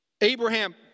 Abraham